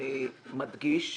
אני מדגיש,